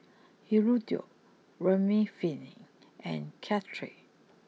Hirudoid Remifemin and Caltrate